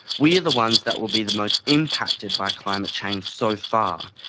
we are the ones that will be the most impacted by climate change so far,